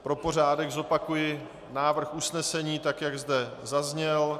Pro pořádek zopakuji návrh usnesení, tak jak zde zazněl.